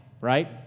right